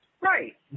Right